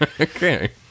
Okay